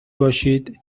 باشید